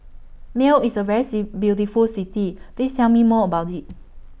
Male IS A very C beautiful City Please Tell Me More about IT